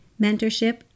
mentorship